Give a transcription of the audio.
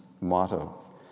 motto